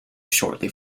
shortly